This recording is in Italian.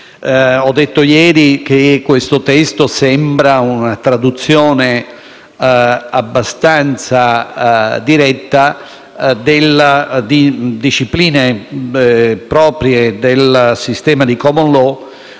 Ho detto ieri che il testo al nostro esame sembra una traduzione abbastanza diretta delle discipline proprie del sistema di *common law*,